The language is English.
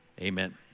Amen